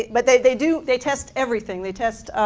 but they they do, they test everything. they test